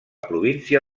província